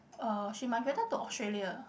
uh she migrated to Australia